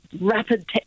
rapid